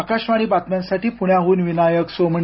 आकाशवाणी बातम्यांसाठी पुण्याहून विनायक सोमणी